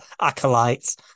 acolytes